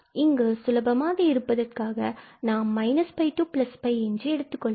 இங்கு சுலபமாக இருப்பதற்காக நாம் −𝜋𝜋 என்று எடுத்துக்கொள்ளலாம்